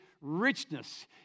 richness